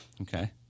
Okay